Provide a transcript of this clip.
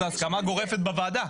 זו הסכמה גורפת בוועדה.